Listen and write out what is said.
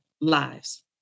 lives